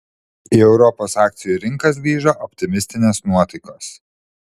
į europos akcijų rinkas grįžo optimistinės nuotaikos